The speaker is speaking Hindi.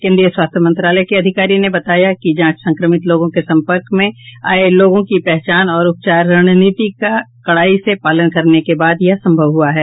केंद्रीय स्वास्थ्य मंत्रालय के अधिकारी ने बताया कि जांच संक्रमित लोगों के संपर्क में आए लोगों की पहचान और उपचार रणनीति का कड़ाई से पालन करने के बाद यह संभव हुआ है